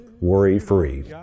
worry-free